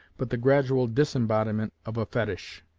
but the gradual disembodiment of a fetish.